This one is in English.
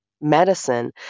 medicine